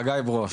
חגי ברוש,